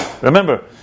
Remember